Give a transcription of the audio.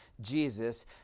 Jesus